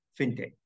fintech